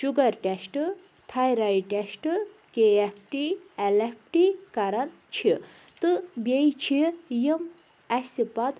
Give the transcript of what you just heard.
sugar test thyroid test K F T L F T کَران چھِ تہٕ بیٚیہِ چھِ یِم اَسہِ پَتہٕ